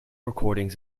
recordings